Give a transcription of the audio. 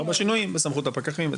ארבע שינויים בסמכות הפקחים וזה.